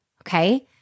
Okay